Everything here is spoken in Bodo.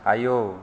आयौ